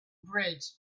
bridge